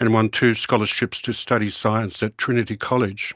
and won two scholarships to study science at trinity college.